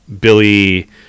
Billy